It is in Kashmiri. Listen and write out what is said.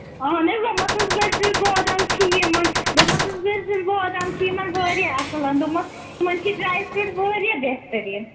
اَہن حظ دوٚپمَس حظ بٕرزٔلۍ بادام چھِ یِمَن دوٚپمَس بٕرزٔلۍ بادام چھِ یِمَن واریاہ اَصٕل دوٚپمَس یِمَن چھِ ڈراے فروٗٹ واریاہ بہتٔریٖن